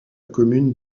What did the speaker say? commune